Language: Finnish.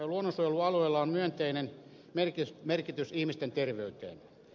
luonnonsuojelualueilla on myönteinen vaikutus ihmisten terveyteen